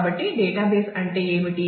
కాబట్టి data base అంటే ఏమిటి